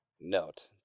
Note